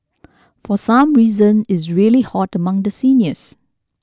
for some reason is really hot among the seniors